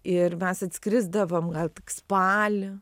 ir mes atskrisdavom gal tik spalį